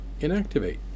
inactivate